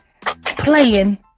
playing